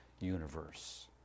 universe